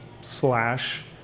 slash